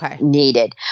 needed